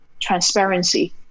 transparency